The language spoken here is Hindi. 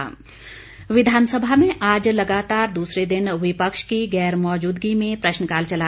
प्रश्नकाल विधानसभा में आज लगातार दूसरे दिन विपक्ष की गैर मौजूदगी में प्रश्नकाल चला